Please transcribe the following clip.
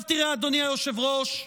תראה, אדוני היושב-ראש,